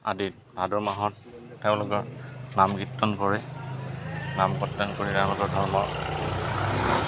আদিত ভাদ মাহত তেওঁলোকৰ নাম কীৰ্তন কৰে নাম কীৰ্তন কৰি তেওঁলোকৰ ধৰ্ম